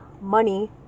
money